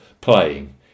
playing